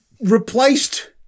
replaced